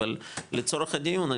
אבל לצורך הדיון,